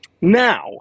Now